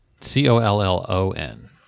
C-O-L-L-O-N